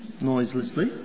noiselessly